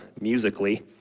musically